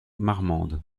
marmande